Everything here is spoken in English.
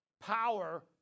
power